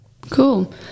cool